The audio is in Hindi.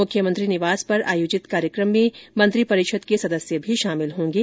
मुख्यमंत्री निवास पर आयोजित कार्यक्रम में मंत्रिपरिषद के सदस्य भी शामिल होंगे